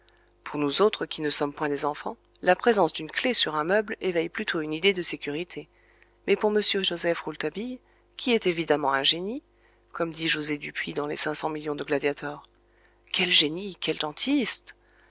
pour nous autres qui ne sommes point des enfants la présence d'une clef sur un meuble éveille plutôt une idée de sécurité mais pour m joseph rouletabille qui est évidemment un génie comme dit josé dupuy dans les cinq cents millions de gladiator quel génie quel dentiste